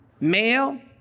male